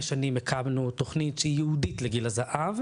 שנים הקמנו תוכנית שהיא ייעודית לגיל הזהב.